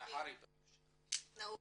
נאהורי בבקשה,